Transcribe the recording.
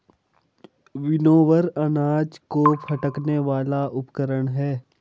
winnower अनाज को फटकने वाला उपकरण है